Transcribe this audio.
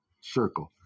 circle